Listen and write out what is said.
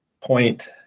point